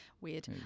weird